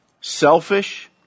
selfish